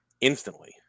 instantly